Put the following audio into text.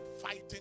fighting